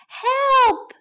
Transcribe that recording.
help